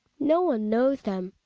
no one knows them,